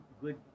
good